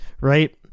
right